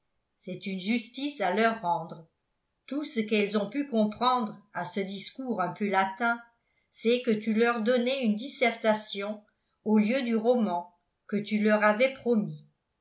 c'est une justice à leur rendre tout ce qu'elles ont pu comprendre à ce discours un peu latin c'est que tu leur donnais une dissertation au lieu du roman que tu leur avais promis